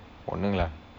பொண்ணுங்கள:ponnungkala